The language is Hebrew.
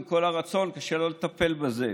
עם כל הרצון שלו לטפל בזה,